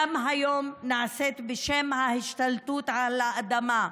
גם היום נעשית בשם ההשתלטות על האדמה,